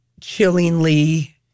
chillingly